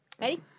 Ready